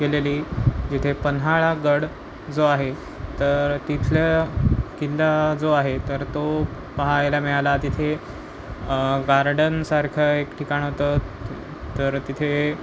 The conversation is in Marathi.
गेलेली जिथे पन्हाळागड जो आहे तर तिथल्या किल्ला जो आहे तर तो पहायला मिळाला तिथे गार्डनसारखं एक ठिकाण होतं तर तिथे